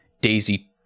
Daisy